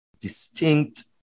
distinct